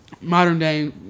modern-day